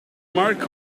mark